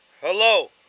Hello